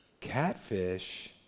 Catfish